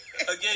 again